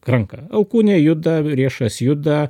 ranka alkūne juda riešas juda